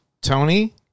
Tony